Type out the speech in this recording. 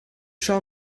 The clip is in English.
show